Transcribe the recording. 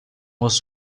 was